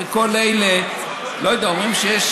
לא יודע, אומרים שיש